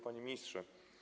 Panie Ministrze!